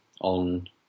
on